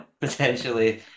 Potentially